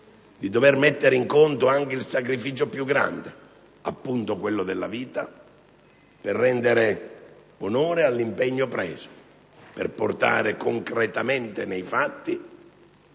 di dover mettere in conto anche il sacrificio più grande, quello della vita, per rendere onore all'impegno preso, per portare concretamente nei fatti,